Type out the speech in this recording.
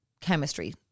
Chemistry